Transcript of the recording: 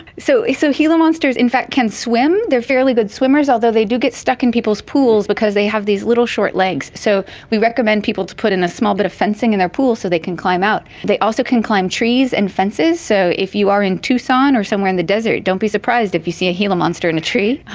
so gila monsters in fact can swim, they are fairly good swimmers, although they do get stuck in people's pools because they have these little short legs, so we recommend people to put in a small bit of fencing in their pool so they can climb out. they also can climb trees and fences, so if you are in tucson or somewhere in the desert, don't be surprised if you see a gila monster in a tree.